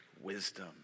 wisdom